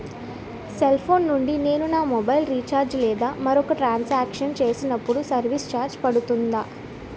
Cell phone నుండి నేను నా మొబైల్ రీఛార్జ్ లేదా మరొక ట్రాన్ సాంక్షన్ చేసినప్పుడు సర్విస్ ఛార్జ్ పడుతుందా?